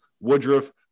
Woodruff